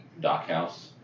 dockhouse